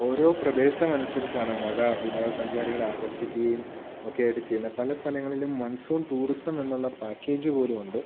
ഓരോ പ്രദേശം അനുസരിച്ചാണ് മഴ വിനോദ സഞ്ചാരികളെ ആകർഷിക്കുകയും ഒക്കെ ആയിട്ട് ചെയ്യുന്നത് പല സ്ഥലങ്ങളിലും മൺസൂൺ ടൂറിസം എന്നുള്ള പാക്കേജ് പോലും ഉണ്ട്